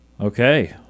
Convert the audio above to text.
Okay